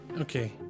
Okay